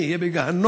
מי יהיה בגיהינום.